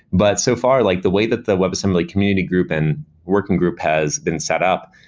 but so far, like the way that the web assembly community group and working group has been setup,